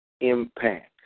Impact